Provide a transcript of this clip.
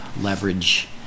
leverage